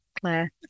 Claire